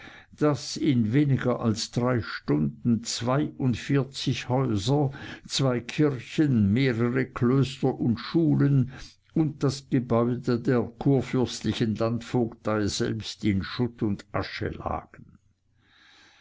daß in weniger als drei stunden zweiundvierzig häuser zwei kirchen mehrere klöster und schulen und das gebäude der kurfürstlichen landvogtei selbst in schutt und asche lagen